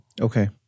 okay